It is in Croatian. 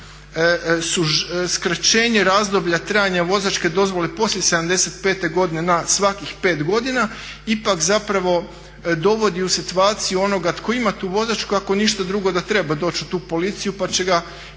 skraćenje razdoblja trajanja vozačke dozvole poslije 75. godine na svakih 5 godina ipak zapravo dovodi u situaciju onoga tko ima tu vozačku, ako ništa drugo da treba doći u tu policiju pa će ga netko